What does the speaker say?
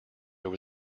over